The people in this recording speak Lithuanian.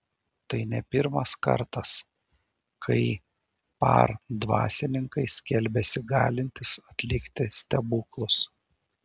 tai ne pirmas kartas kai par dvasininkai skelbiasi galintys atlikti stebuklus